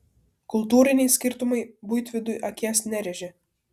kultūriniai skirtumai buitvidui akies nerėžė